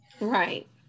right